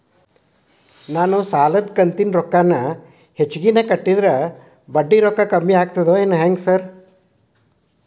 ನಾನ್ ಸಾಲದ ಕಂತಿನ ರೊಕ್ಕಾನ ಹೆಚ್ಚಿಗೆನೇ ಕಟ್ಟಿದ್ರ ಬಡ್ಡಿ ರೊಕ್ಕಾ ಕಮ್ಮಿ ಆಗ್ತದಾ ಹೆಂಗ್ ಸಾರ್?